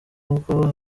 kuko